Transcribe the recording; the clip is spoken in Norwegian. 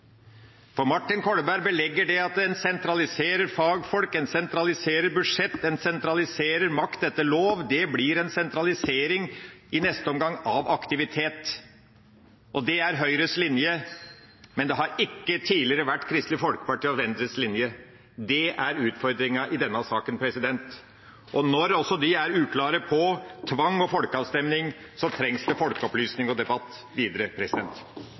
For Martin Kolberg belegger det at en sentraliserer fagfolk, en sentraliserer budsjett, en sentraliserer makt etter lov. Det blir en sentralisering i neste omgang av aktivitet. Det er Høyres linje, men det har ikke tidligere vært Kristelig Folkepartis og Venstres linje. Det er utfordringa i denne saken. Når de også er uklare på tvang og folkeavstemning, trengs det folkeopplysning og debatt videre.